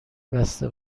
بسته